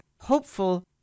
hopeful